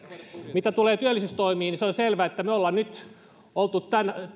mitä tulee työllisyystoimiin niin se on selvä että kun me olemme nyt olleet